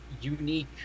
unique